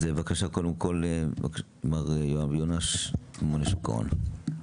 בבקשה, מר יואב יונש, ממונה על שוק ההון.